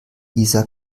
isar